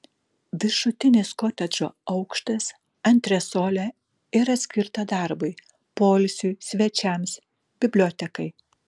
viršutinis kotedžo aukštas antresolė yra skirta darbui poilsiui svečiams bibliotekai